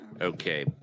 Okay